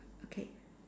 okay